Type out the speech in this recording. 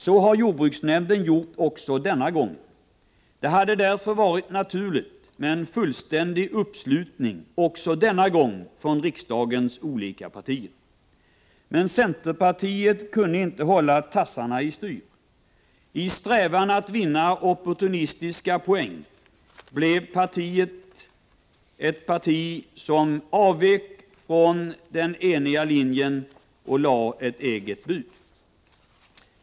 Så har jordbruksnämnden gjort också denna gång. Det hade därför varit naturligt med en fullständig uppslutning från riksdagens olika partier också denna gång. Men centerpartiet kunde inte hålla tassarna i styr. I strävan att vinna opportunistiska poäng avvek centerpartiet från den eniga linjen och framlade ett eget bud.